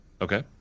Okay